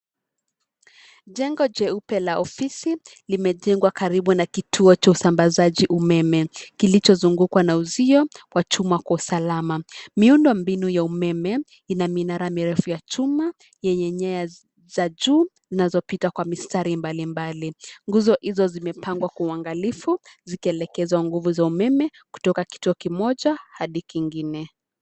Jengo jeupe la ofisi limejengwa karibu na kituo cha usamabazaji umeme kilicho zungukwa na uzio wa chuma kwa usalama. Miundo ya mbinu ya umeme ina minara mirefu ya chuma yenye nyanya za juu zinazopita kwa mistari mbali mbali. Nguzo hizo zimepangwa kwa uangalifu zikielekezwa nguvu za umeme kutoka kituo kimoja hadi kingine.